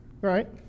right